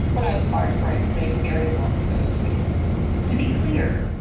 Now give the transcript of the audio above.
when i was fired for vic faery islamaphobic tweets to be clear,